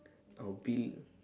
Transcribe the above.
I'll build